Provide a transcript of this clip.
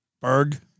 Berg